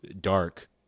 dark